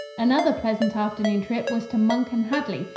another pleasant afternoon trip was to monken hadley,